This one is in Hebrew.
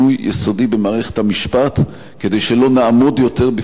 המשפט כדי שלא נעמוד יותר בפני מצבים כאלה.